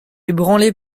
ébranlé